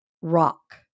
Rock